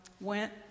went